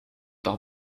par